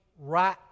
right